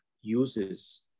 uses